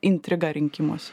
intriga rinkimuose